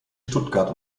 stuttgart